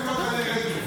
גם אם לא תעלה רטרו,